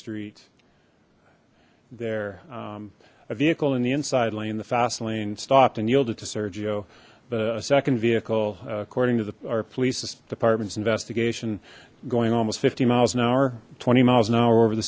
street there a vehicle in the inside lane the fast lane stopped and yielded to sergio but a second vehicle according to the our police department's investigation going almost fifty miles an hour twenty miles an hour over the